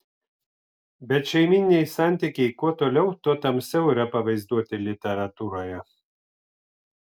bet šeimyniniai santykiai kuo toliau tuo tamsiau yra pavaizduoti literatūroje